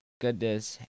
goodness